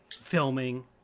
filming